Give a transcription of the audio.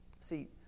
See